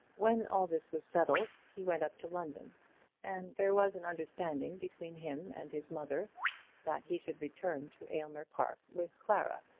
when all this was settled he went up to london and there was an understanding between him and his mother that he should return to aylmer park with clara,